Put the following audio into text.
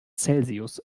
celsius